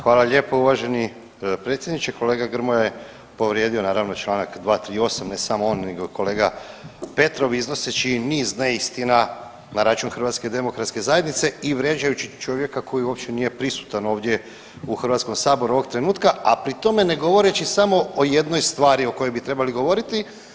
Hvala lijepo uvaženi predsjedniče, kolega Grmoja je povrijedio naravno, čl. 238, ne samo on nego i kolega Petrov iznoseći niz neistina na računa HDZ-a i vrijeđajući čovjeka koji je uopće nije prisutan ovdje u HS-u ovog trenutka, a pri tome ne govoreći samo o jednoj stvari o kojoj bi trebali govoriti.